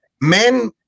Men